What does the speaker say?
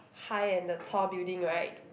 high and the tall building right